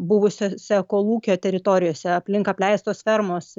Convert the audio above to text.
buvusiose kolūkio teritorijose aplink apleistos fermos